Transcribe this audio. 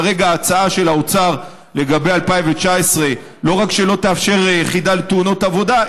כרגע ההצעה של האוצר לגבי 2019 לא רק שלא תאפשר יחידה לתאונות עבודה,